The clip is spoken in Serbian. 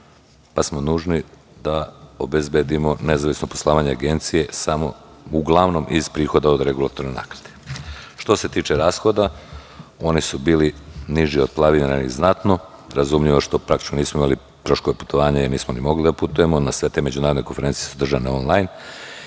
pa smo nužni da obezbedimo nezavisno poslovanje Agencije samo uglavnom iz prihoda od regulatorne naknade. Što se tiče rashoda, oni su bili niži od planiranih znatno. Razumljivo je što praktično nismo imali troškove putovanja, jer nismo ni mogli da putujemo na sve te međunarodne konferencije, one su držane on-lajn.